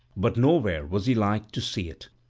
but nowhere was he like to see it.